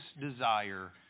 desire